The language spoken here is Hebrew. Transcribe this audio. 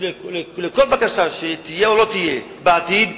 לכל בקשה שתהיה או לא תהיה בעתיד,